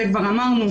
זה כבר אמרנו.